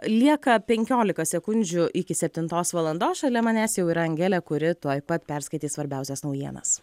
lieka penkiolika sekundžių iki septintos valandos šalia manęs jau yra angelė kuri tuoj pat perskaitys svarbiausias naujienas